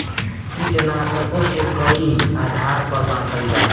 कीटनाशकों के कई आधार पर बांटल जाला